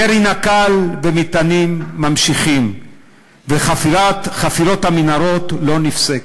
ירי נק"ל ומטענים נמשכים וחפירת המנהרות לא נפסקת.